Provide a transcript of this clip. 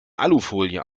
alufolie